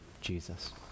Jesus